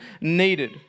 needed